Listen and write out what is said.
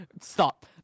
Stop